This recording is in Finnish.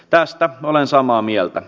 tästä olen samaa mieltä